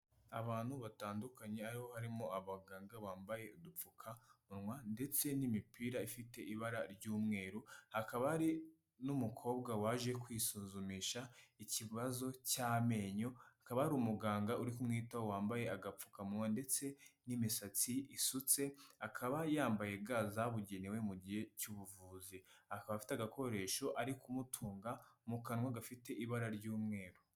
Abantu batandukanye aho harimo abaganga bambaye udupfukamunwa, ndetse n'imipira ifite ibara ry'umweru . Hakaba hari n'umukobwa waje kwisuzumisha ikibazo cy'amenyo, akaba hari umuganga uri kumwitaho wambaye agapfukamunwa ndetse n'imisatsi isutse, akaba yambaye ga zabugenewe mu gihe cy'ubuvuzi. Akaba afite agakoresho, ari kumutunga mu kanwa gafite ibara ry'umweru.